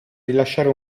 rilasciare